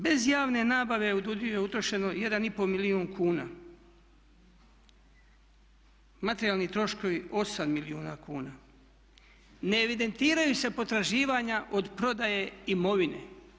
Bez javne nabave u DUUDI-ju je utrošeno 1,5 milijun kuna, materijalni troškovi 8 milijuna kuna, ne evidentiraju se potraživanja od prodaje imovine.